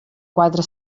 quatre